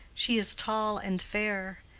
she is tall and fair.